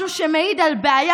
משהו שמעיד על בעיה.